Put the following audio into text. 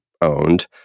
owned